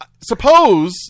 suppose